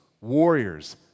warriors